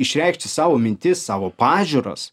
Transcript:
išreikšti savo mintis savo pažiūras